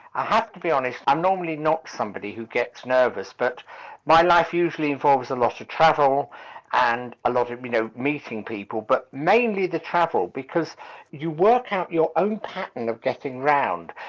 i have to be honest, i'm normally not somebody who gets nervous, but my life usually involves a lot of travel and a lot of you know meeting people but mainly the travel, because you workout your own pattern of getting round.